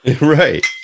Right